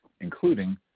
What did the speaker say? including